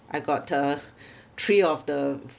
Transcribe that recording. I got uh three of the